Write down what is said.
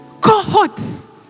Cohorts